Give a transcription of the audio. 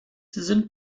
sind